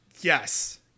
Yes